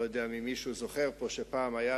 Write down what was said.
אני לא יודע אם מישהו פה זוכר שפעם היתה